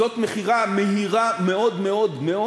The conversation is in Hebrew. זו מכירה מהירה מאוד מאוד מאוד,